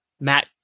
Matt